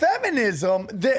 feminism